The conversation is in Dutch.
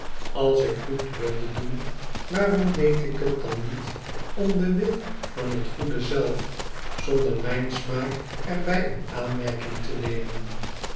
als ik goed wilde doen waarom deed ik het dan niet om den wil van het goede zelf zonder mijn smaak er bij in aanmerking te nemen